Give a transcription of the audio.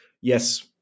yes